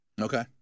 Okay